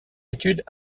études